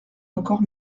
encore